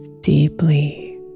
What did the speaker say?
deeply